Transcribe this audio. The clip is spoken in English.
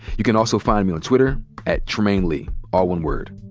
you can also find me on twitter at trymainelee. all one word.